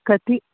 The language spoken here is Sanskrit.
कति